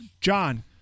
John